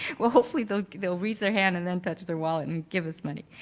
well, hopefully they will raise their hand and then touch their wallet and give us money.